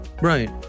Right